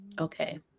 Okay